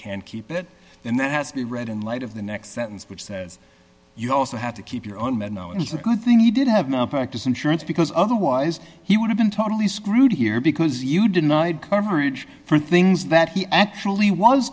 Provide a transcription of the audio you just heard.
can't keep it and that has to be read in light of the next sentence which says you also have to keep your own men know it's a good thing he did have malpractise insurance because otherwise he would have been totally screwed here because you denied coverage for things that he actually was